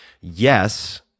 yes